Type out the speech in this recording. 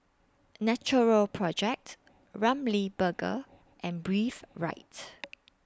Natural Projects Ramly Burger and Breathe Rights